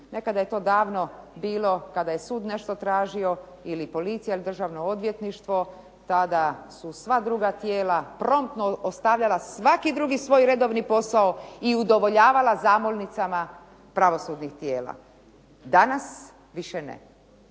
Nekada je to davno bilo kada je sud nešto tražio ili policija ili državno odvjetništva tada su sva druga tijela promptno ostavljala svaki drugi svoj redovni posao i udovoljavala zamolnicama pravosudnih tijela, danas više ne.